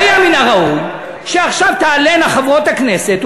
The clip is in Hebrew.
והיה מן הראוי שעכשיו תעלינה חברות הכנסת,